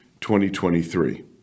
2023